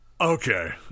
Okay